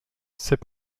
c’est